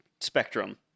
spectrum